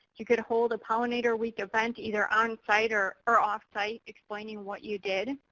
you could hold a pollinator week event either on-site or or off site, explaining what you did.